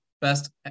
Best